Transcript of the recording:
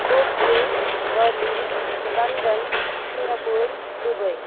Tokyo Berlin London Singapore Dubai